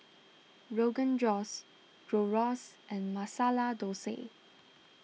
Rogan Josh Gyros and Masala Dosa